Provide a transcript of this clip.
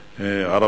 הסביבה.